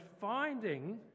finding